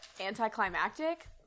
anticlimactic